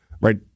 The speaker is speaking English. right